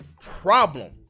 problem